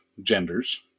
genders